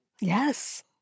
Yes